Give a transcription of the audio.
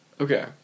Okay